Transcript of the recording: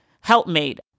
helpmate